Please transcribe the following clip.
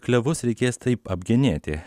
klevus reikės taip apgenėti